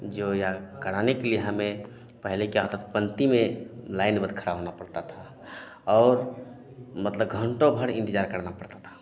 जो या कराने के लिए हमें पहले क्या होता था पंती में लाइन बाँध खड़ा होना पड़ता था और मतलब घंटों भर इंतेज़ार करना पड़ता था